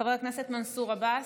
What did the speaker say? חבר הכנסת מנסור עבאס,